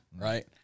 Right